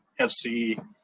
FC